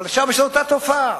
אבל שם יש אותה תופעה: